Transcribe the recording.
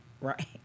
right